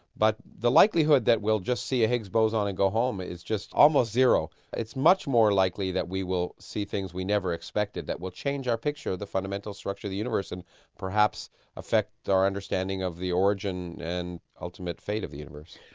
but the likelihood that we'll just see a higgs boson and go home is just almost zero. it's much more likely that we will see things we never expected that will change our picture of the fundamental structure of the universe and perhaps affect our understanding of the origin and ultimate fate of the universe.